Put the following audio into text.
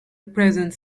pleasant